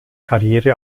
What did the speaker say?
karriere